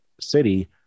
city